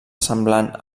semblant